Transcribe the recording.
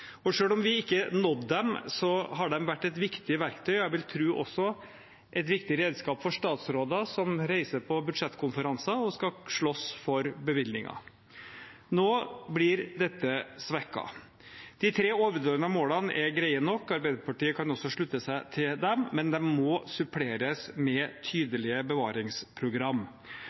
og selv om vi ikke nådde dem, har de vært et viktig verktøy og jeg vil tro også et viktig redskap for statsråder som reiser på budsjettkonferanser og skal slåss for bevilgninger. Nå blir dette svekket. De tre overordnede målene er greie nok, Arbeiderpartiet kan også slutte seg til dem, men de må suppleres med tydelige